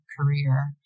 career